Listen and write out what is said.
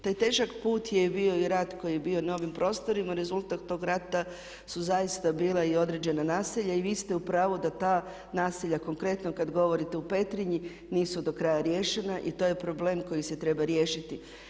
Taj težak put je bio i rat koji je bio na ovim prostorima, rezultat tog rata su zaista bila i određena naselja i vi ste u pravu da ta naselja konkretno kad govorite u Petrinji nisu do kraja riješena i to je problem koji se treba riješiti.